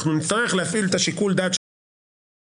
אנחנו נצטרך להפעיל את שיקול הדעת שלנו